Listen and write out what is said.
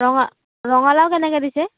ৰঙা ৰঙালাও কেনেকৈ দিছে